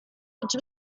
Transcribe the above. which